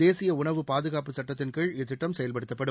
தேசிய உணவு பாதுகாப்பு சுட்டத்தின் கீழ் இத்திட்டம் செயல்படுத்தப்படும்